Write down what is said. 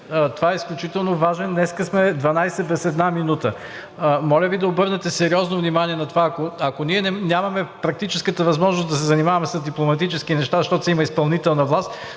Това е изключително важно, днес сме дванадесет без една минута. Моля Ви да обърнете сериозно внимание на това. Ако ние нямаме практическата възможност да се занимаваме с дипломатически неща, защото си има изпълнителна власт,